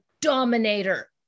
dominator